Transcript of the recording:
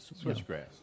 Switchgrass